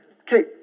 Okay